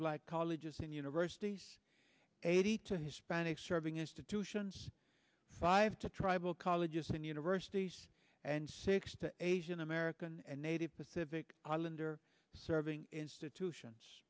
black colleges and universities eighty to hispanic serving institutions five to tribal colleges and universities and six to asian american and native pacific islander serving institutions